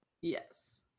Yes